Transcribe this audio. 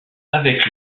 avec